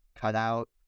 cutout